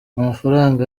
amafaranga